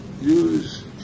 use